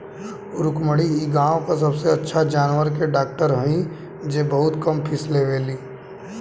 रुक्मिणी इ गाँव के सबसे अच्छा जानवर के डॉक्टर हई जे बहुत कम फीस लेवेली